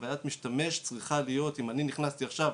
חווית משתמש צריכה להיות, אם אני נכנסתי עכשיו